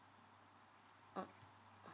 mm